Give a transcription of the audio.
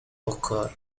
occur